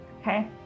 Okay